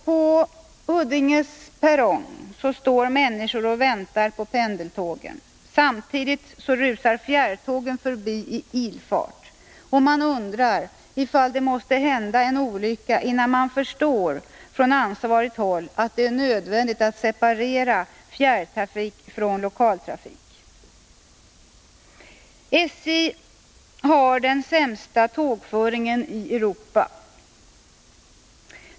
På Huddinge station står människor och väntar på pendeltågen. Samtidigt rusar fjärrtågen förbi i ilfart. Jag undrar ifall det måste hända en olycka innan man från ansvarigt håll förstår att det är nödvändigt att separera fjärrtrafik från lokaltrafik. SJ har den sämsta tågföringen i Europa.